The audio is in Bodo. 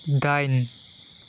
दाइन